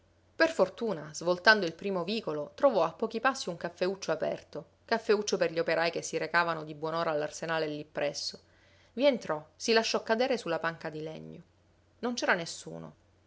per fortuna svoltando il primo vicolo trovò a pochi passi un caffeuccio aperto caffeuccio per gli operai che si recavano di buon'ora all'arsenale lì presso i entrò si lasciò cadere su la panca di legno non c'era nessuno